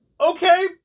okay